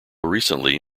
recently